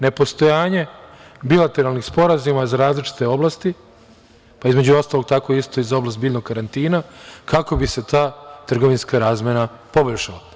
Nepostojanje bilateralnih sporazuma za različite oblasti, pa između ostalog tako isto i za oblast biljnog karantina, kako bi se ta trgovinska razmena poboljšala.